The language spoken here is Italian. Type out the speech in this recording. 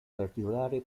particolare